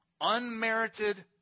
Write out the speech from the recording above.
Unmerited